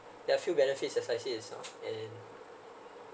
there are a few benefits just like itself